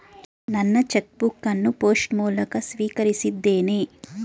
ನನ್ನ check book ಅನ್ನು post ಮೂಲಕ ಸ್ವೀಕರಿಸಿದ್ದೇನೆ